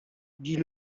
dit